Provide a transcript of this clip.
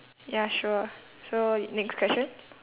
ya sure so next question